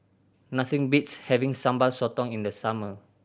nothing beats having Sambal Sotong in the summer